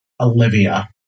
Olivia